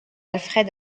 alfred